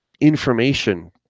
information